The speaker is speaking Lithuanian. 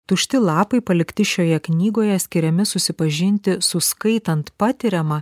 tušti lapai palikti šioje knygoje skiriami susipažinti su skaitant patiriama